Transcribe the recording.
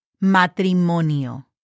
matrimonio